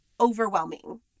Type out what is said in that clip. overwhelming